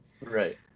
Right